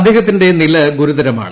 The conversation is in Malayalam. അദ്ദേഹത്തിന്റെ നില ഗുരുതരമാണ്